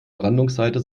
brandungsseite